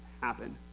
happen